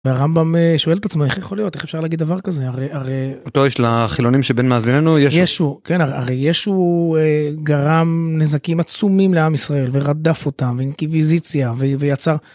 והרמב״ם שואל את עצמו איך יכול להיות, איך אפשר להגיד דבר כזה, הרי... אותו יש לחילונים שבין מאזינינו, ישו. כן, הרי ישו גרם נזקים עצומים לעם ישראל, ורדף אותם, ואינקיויזיציה, ויצר...